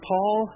Paul